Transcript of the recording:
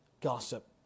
gossip